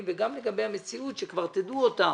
וגם לגבי המציאות שכבר תדעו אותה